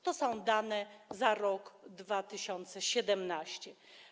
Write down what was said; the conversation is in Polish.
To są dane za rok 2017.